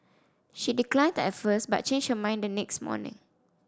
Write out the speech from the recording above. she declined at first but changed her mind the next morning